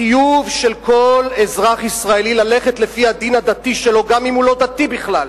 החיוב של כל אזרח ישראלי ללכת לפי הדין הדתי שלו גם אם הוא לא דתי בכלל,